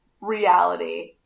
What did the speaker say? reality